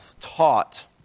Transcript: taught